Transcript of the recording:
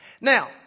Now